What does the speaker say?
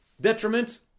Detriment